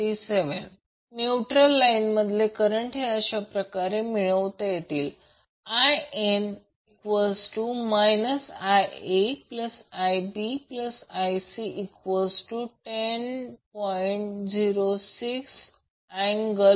87°A neutral line मधले current हे अशाप्रकारे मिळवले जाईल In IaIbIc10